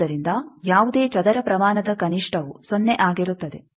ಆದ್ದರಿಂದ ಯಾವುದೇ ಚದರ ಪ್ರಮಾಣದ ಕನಿಷ್ಠವು ಸೊನ್ನೆ ಆಗಿರುತ್ತದೆ